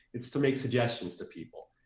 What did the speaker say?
it's to make suggestions to people.